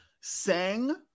sang